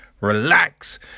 relax